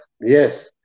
yes